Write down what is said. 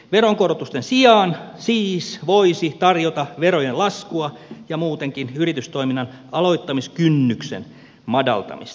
veronkorotusten sijaan siis voisi tarjota verojen laskua ja muutenkin yritystoiminnan aloittamiskynnyksen madaltamista